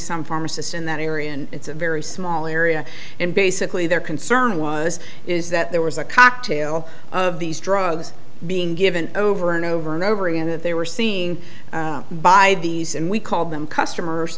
some pharmacists in that area and it's a very small area and basically their concern was is that there was a cocktail of these drugs being given over and over and over again that they were seeing by these and we called them customers